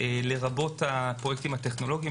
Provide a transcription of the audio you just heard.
לרבות הפרויקטים הטכנולוגיים.